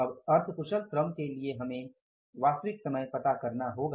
अब अर्ध कुशल श्रम के लिए हमें वास्तविक समय पता करना होगा